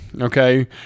Okay